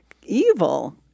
evil